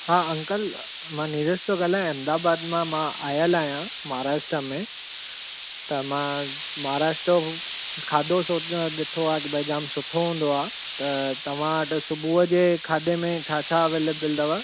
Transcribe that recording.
हा अंकल मां नीरज थो ॻाल्हायां अहमदाबाद मां मां आयल आहियां महाराष्ट्र में त मां महाराष्ट्र जो खाधो ॾिठो आहे कि भई जाम सुठो हूंदो आहे त तव्हां अॼु सुबुहु जे खाधे में छा छा अवैलेबल अथव